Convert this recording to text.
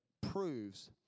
proves